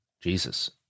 Jesus